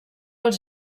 els